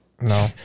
No